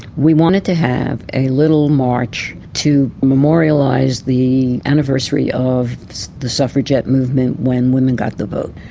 we wanted to have a little march to memorialise the anniversary of the suffragette movement, when women got the vote.